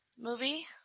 movie